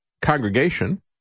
congregation